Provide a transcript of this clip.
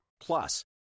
Plus